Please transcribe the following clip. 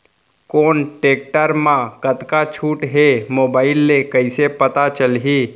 कोन टेकटर म कतका छूट हे, मोबाईल ले कइसे पता चलही?